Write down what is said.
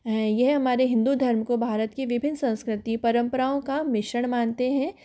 यह हमारे हिन्दू धर्म को भारत के विभिन्न संस्कृति परंपराओं का मिश्रण मानते हैं